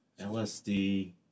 LSD